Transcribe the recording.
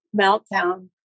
meltdown